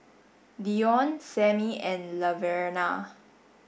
Deon Samie and Laverna